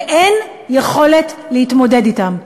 ואין יכולת להתמודד אתן.